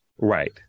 Right